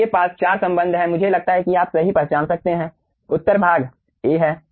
आपके पास 4 संबंध हैं मुझे लगता है कि आप सही पहचान सकते हैं उत्तर भाग a है